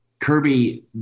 Kirby